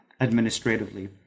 administratively